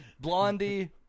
Blondie